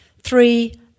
three